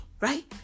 right